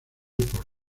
por